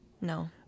No